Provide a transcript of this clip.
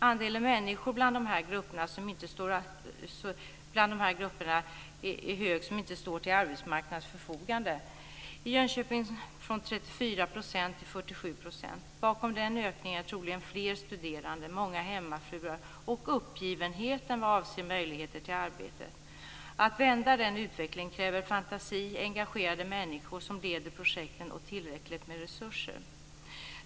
Andelen människor bland de här grupperna som inte står till arbetsmarknadens förfogande ökar - i Jönköping från 34 % till 47 %. Bakom den ökningen är troligen fler studeranden, många hemmafruar och uppgivenheten vad avser möjligheter till arbete. Att vända den utvecklingen kräver fantasi, engagerade människor som leder projekten och tillräckligt med resurser.